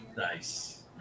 Nice